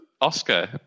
Oscar